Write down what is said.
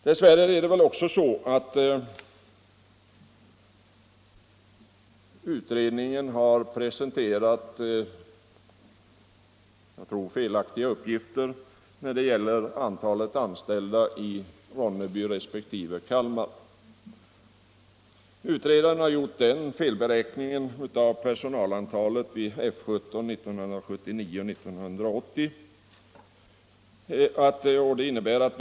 Dess värre tror jag också att utredningen har presenterat felaktiga uppgifter när det gäller antalet anställda i Ronneby resp. Kalmar. Utredaren har gjort en felberäkning av personalantalet vid F 17 1979/80.